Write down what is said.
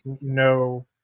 no